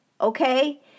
okay